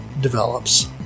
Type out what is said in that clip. develops